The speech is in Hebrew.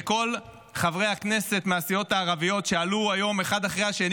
לכל חברי הכנסת מהסיעות הערביות שעלו היום אחד אחרי השני